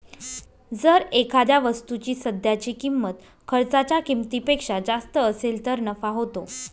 जर एखाद्या वस्तूची सध्याची किंमत खर्चाच्या किमतीपेक्षा जास्त असेल तर नफा होतो